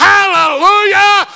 Hallelujah